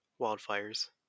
wildfires